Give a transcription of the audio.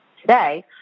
today